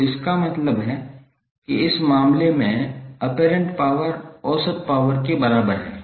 तो इसका मतलब है कि इस मामले में ऑपेरेंट पावर औसत पावर के बराबर है